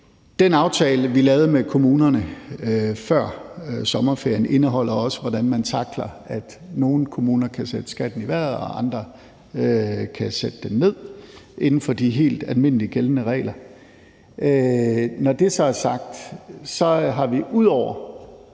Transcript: Den aftale, vi lavede med kommunerne før sommerferien, indeholder også, hvordan man tackler, at nogle kommuner kan sætte skatten i vejret og andre kan sætte den ned inden for de helt almindelige gældende regler. Når det så er sagt, har vi ud over